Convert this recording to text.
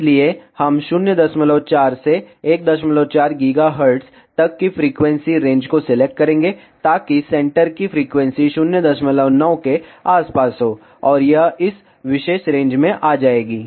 इसलिए हम 04 से 14 GHz तक की फ्रीक्वेंसी रेंज को सिलेक्ट करेंगे ताकि सेंटर की फ्रीक्वेंसी 09 के आसपास हो और यह इस विशेष रेंज में आ जाएगी